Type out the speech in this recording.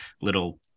Little